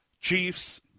Chiefs